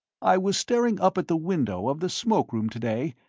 i was staring up at the window of the smoke-room to-day,